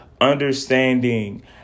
understanding